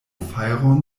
fajron